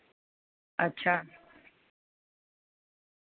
अच्छा